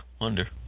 wonder